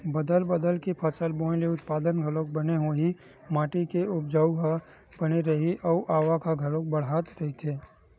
बदल बदल के फसल बोए ले उत्पादन घलोक बने होही, माटी के उपजऊपन ह बने रइही अउ आवक ह घलोक बड़ाथ रहीथे